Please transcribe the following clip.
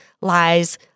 lies